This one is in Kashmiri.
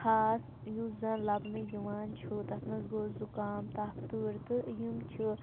خاص یُس زن لبنہٕ یِوان چھُ تتھ منٛز گوٚو زُکام تف تۭر تہٕ یِم چھِ